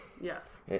Yes